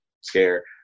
scare